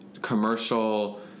commercial